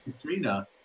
Katrina